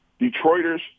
Detroiters